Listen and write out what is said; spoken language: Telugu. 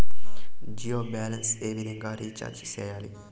జియో బ్యాలెన్స్ ఏ విధంగా రీచార్జి సేయాలి?